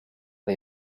but